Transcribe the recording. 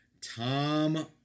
Tom